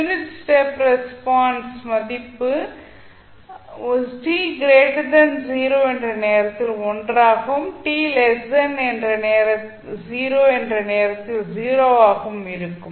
unit step response செயல்பாட்டின் மதிப்பு t 0 என்ற நேரத்தில் 1 ஆகவும் t 0 என்ற நேரத்தில் 0 ஆகவும் இருக்கும்